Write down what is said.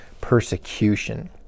persecution